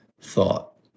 thought